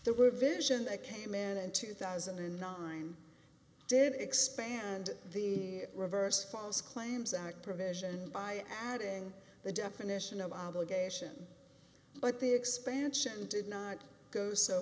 there were a vision that came in in two thousand and nine did expand the reverse false claims act provision by adding the definition of obligation but the expansion did not go so